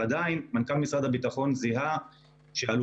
אבל עדיין מנכ"ל משרד הביטחון זיהה שעלולה